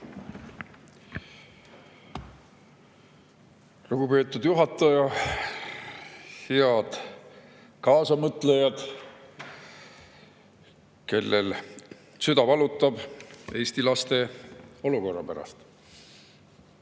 Lugupeetud juhataja! Head kaasamõtlejad, kellel süda valutab Eesti laste olukorra pärast!